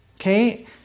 okay